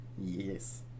Yes